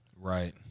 Right